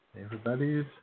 Everybody's